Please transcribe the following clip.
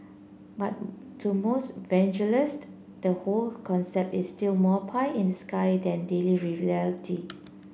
but to most the whole concept is still more pie in the sky than daily reality